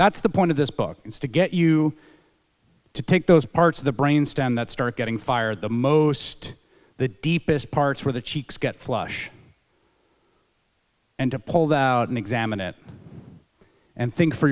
that's the point of this book is to get you to take those parts of the brain stem that start getting fired the most the deepest parts where the cheeks get flush and to pull that out and examine it and think for